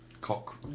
Cock